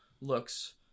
looks